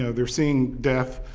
so they're seeing death